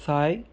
Sai